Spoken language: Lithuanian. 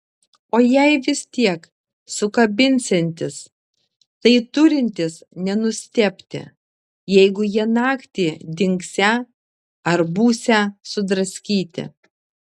o jei vis tiek sukabinsiantis tai turintis nenustebti jeigu jie naktį dingsią ar būsią sudraskyti